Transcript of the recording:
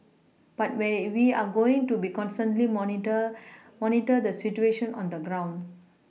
but we we are going to be constantly monitor monitor the situation on the ground